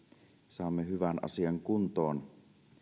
saamme hyvän asian kuntoon